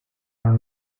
are